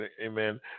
Amen